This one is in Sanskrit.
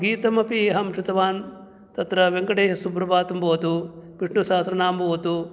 गीतमपि अहं श्रुतवान् तत्र वेङ्कटेशसुप्रभातं भवतु विष्णुशहस्रनामं भवतु